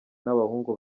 n’abahungu